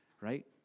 right